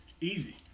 Easy